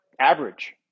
average